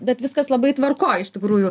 bet viskas labai tvarkoj iš tikrųjų